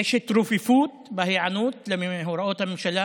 יש התרופפות בהיענות להוראות הממשלה.